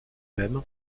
même